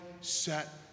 set